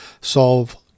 solve